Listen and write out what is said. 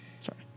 Sorry